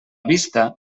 vista